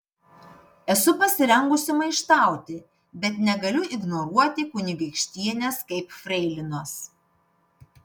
esu pasirengusi maištauti bet negaliu ignoruoti kunigaikštienės kaip freilinos